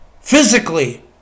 physically